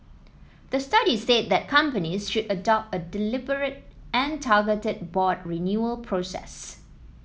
the study said that companies should adopt a deliberate and targeted board renewal process